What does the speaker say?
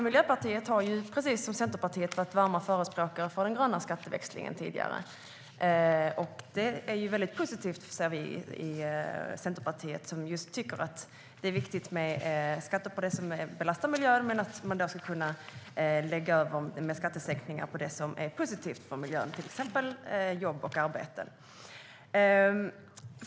Miljöpartiet har, precis som Centerpartiet, tidigare varit varma förespråkare för den gröna skatteväxlingen. Det anser vi i Centerpartiet är mycket positivt. Vi tycker att det är viktigt med skatter på det som belastar miljön och att kunna göra skattesänkningar på det som är positivt för miljön, till exempel på arbete.